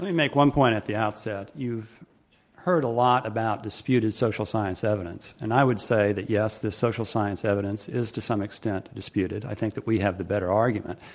make one point at the outset. you've heard a lot about dispute social science evidence. and i would say that yes, this social science evidence is, to some extent, disputed. i think that we have the better argument.